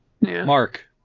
Mark